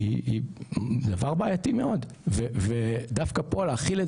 היא דבר בעייתי מאוד ודווקא פה להחיל את